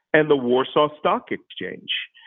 and the warsaw stock exchange.